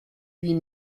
huit